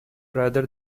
rather